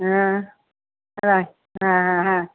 হ্যাঁ হ্যাঁ হ্যাঁ হ্যাঁ